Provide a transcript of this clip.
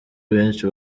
benshi